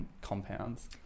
compounds